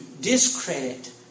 discredit